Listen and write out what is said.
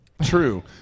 True